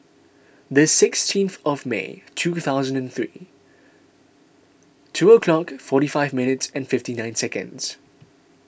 the sixteenth of May two thousand and three two O'clock forty five minutes and fifty nine seconds